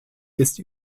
ist